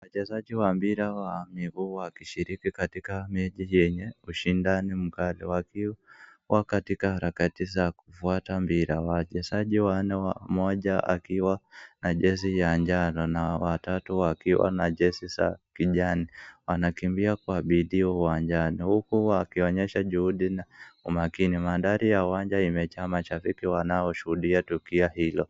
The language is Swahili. Wachezaji wa mpira wa miguu wakishiriki katika mechi yenye ushindani mkali. Wakiwa katika harakati ya kufuata mpira. Wachezaji wanne, mmoja akiwa na jezi ya njano na watatu wakiwa na jezi za kijani, wanakimbia kwa bidii uwanjani huku wakionyesha juhudi kwa makini. Mandhari ya uwanja imejaa mashabiki wanaoshuhudia tukio hilo.